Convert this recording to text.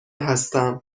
هستم